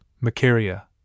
Macaria